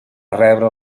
rebre